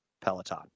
Peloton